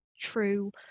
true